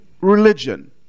religion